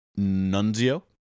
Nunzio